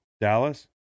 Dallas